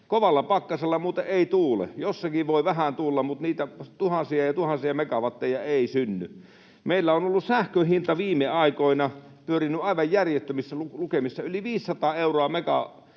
silloin ei muuten tuule. Jossakin voi vähän tuulla, mutta niitä tuhansia ja tuhansia megawatteja ei synny. Meillä on sähkön hinta viime aikoina pyörinyt aivan järjettömissä lukemissa. Yli 500 euroa oli